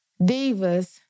Divas